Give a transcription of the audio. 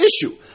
issue